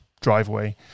driveway